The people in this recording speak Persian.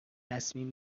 صمیم